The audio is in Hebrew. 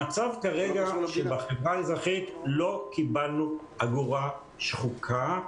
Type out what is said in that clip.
המצב כרגע הוא שבחברה האזרחית לא קיבלנו אגורה שחוקה.